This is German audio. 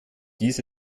dies